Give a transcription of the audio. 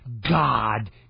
God